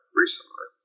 recently